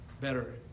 Better